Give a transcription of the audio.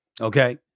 Okay